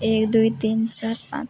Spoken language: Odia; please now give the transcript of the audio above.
ଏକ ଦୁଇ ତିନ ଚାରି ପାଞ୍ଚ